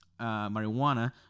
marijuana